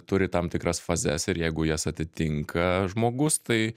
turi tam tikras fazes ir jeigu jas atitinka žmogus tai